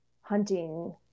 hunting